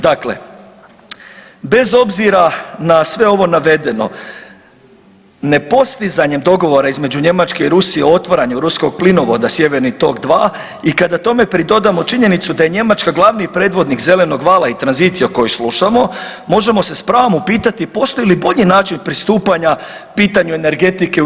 Dakle, bez obzira na sve ovo navedeno nepostizanjem dogovora između Njemačke i Rusije o otvaranju ruskog plinovoda sjeverni tok 2 i kada tome pridodamo činjenicu da je Njemačka glavni predvodnik zelenog vala i tranzicije o kojoj slušamo možemo se s pravom upitati postoji li bolji način pristupanja pitanju energetike u EU.